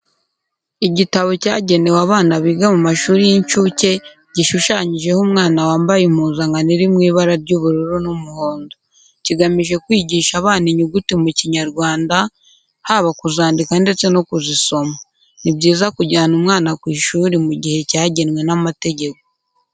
Igitabo cyagenewe abana biga mu mashuri y'incuke gishushanyijeho umwana wambaye impuzankano iri mu ibara ry'ubururu n'umuhondo. Kigamije kwigisha abana inyuguti mu kinyarwanda, haba kuzandika ndetse no kuzisoma. Ni byiza kujyana umwana ku ishuri mu gihe cyagenwe n'amategeko.